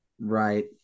Right